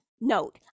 Note